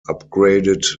upgraded